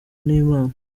n’imana